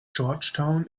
georgetown